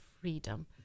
freedom